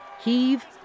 heave